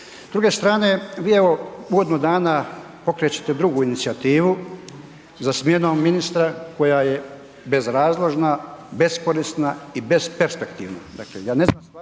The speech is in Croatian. druge strane vi evo godinu dana pokrećete drugu inicijativu za smjenom ministra koja je bezrazložna, beskorisna i besperspektivna.